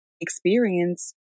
experience